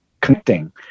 connecting